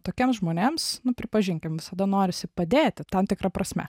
tokiems žmonėms nu pripažinkim visada norisi padėti tam tikra prasme